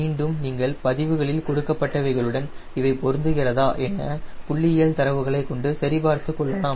மீண்டும் நீங்கள் பதிவுகளில் கொடுக்கப்பட்டவைகளுடன் இவை பொருந்துகிறதா என புள்ளியியல் தரவுகளைக் கொண்டு சரி பார்த்துக் கொள்ளலாம்